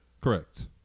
Correct